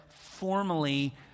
formally